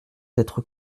d’être